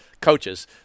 coaches